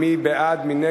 מי בעד?